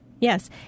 Yes